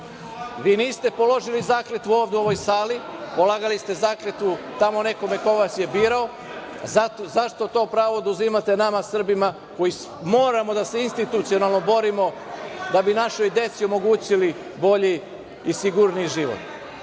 vi niste položili zakletvu ovde u ovoj sali, polagali ste zakletvu tamo nekome ko vas je birao, a zašto to pravo oduzimate nama Srbima koji moramo da se institucionalno borimo da bi našoj deci omogućili bolji i sigurniji život? Umesto